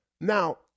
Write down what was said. Now